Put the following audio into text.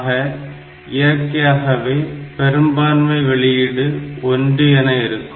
ஆக இயற்கையாகவே பெரும்பான்மை வெளியீடு 1 என கிடைக்கும்